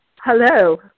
Hello